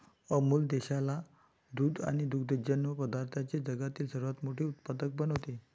अमूल देशाला दूध आणि दुग्धजन्य पदार्थांचे जगातील सर्वात मोठे उत्पादक बनवते